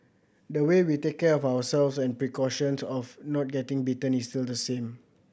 the way we take care of ourselves and precautions of not getting bitten is still the same